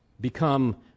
become